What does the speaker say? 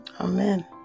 Amen